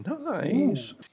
Nice